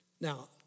Now